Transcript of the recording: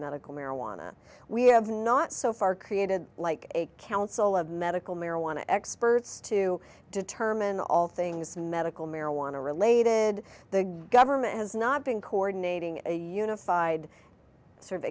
marijuana we have not so far created like a council of medical marijuana experts to determine all things medical marijuana related the government has not been coordinating a unified survey